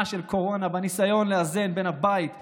של קורונה בניסיון לאזן בין הבית לילדים,